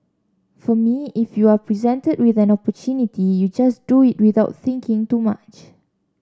for me if you are presented with an opportunity you just do it without thinking too much